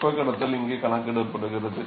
வெப்பக் கடத்தல் இங்கே கணக்கிடப்படுகிறது